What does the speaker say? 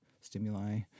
stimuli